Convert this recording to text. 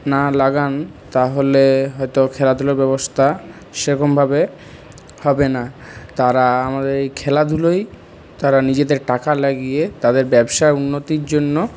না লাগান তাহলে হয়তো খেলাধুলো ব্যবস্থা সেরকম ভাবে হবে না তারা আমাদের এই খেলাধুলোয় তারা নিজেদের টাকা লাগিয়ে তাদের ব্যবসার উন্নতির জন্য